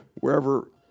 wherever